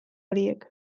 horiek